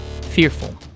fearful